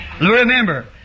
Remember